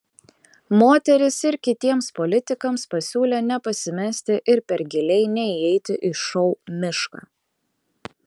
moteris ir kitiems politikams pasiūlė nepasimesti ir per giliai neįeiti į šou mišką